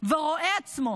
ורואה עצמו